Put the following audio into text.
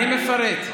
אני מפרט.